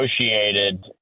negotiated